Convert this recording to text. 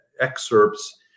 excerpts